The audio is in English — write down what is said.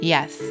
Yes